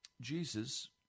Jesus